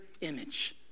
image